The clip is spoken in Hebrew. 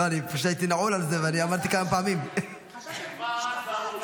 הייתי נעול על זה ואמרתי כמה פעמים.